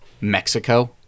Mexico